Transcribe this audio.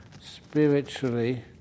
spiritually